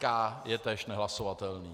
K je též nehlasovatelný.